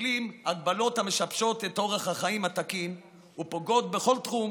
מטילים הגבלות המשבשות את אורח החיים התקין ופוגעות בכל תחום,